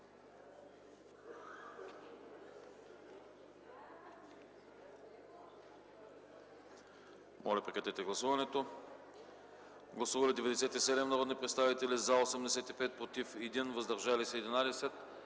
г. Режим на гласуване. Гласували 97 народни представители: за 85, против 1, въздържали се 11.